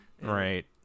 Right